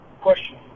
Question